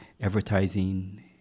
advertising